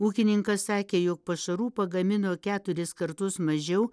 ūkininkas sakė jog pašarų pagamino keturis kartus mažiau